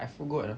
I forgot ah